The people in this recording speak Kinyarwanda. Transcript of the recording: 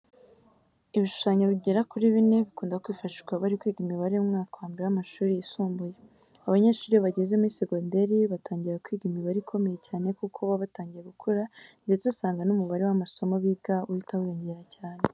Ibishushanyo bigera kuri bine bikunda kwifashishwa bari kwiga imibare mu mwaka wa mbere w'amashuri yisumbuye. Abanyeshuri iyo bageze muri segonderi batangira kwiga imibare ikomeye cyane kuko baba batangiye gukura ndetse usanga n'umubare w'amasomo biga uhita wiyongera cyane.